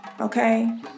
Okay